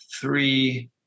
three